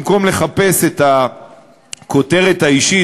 במקום לחפש את הכותרת האישית,